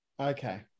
Okay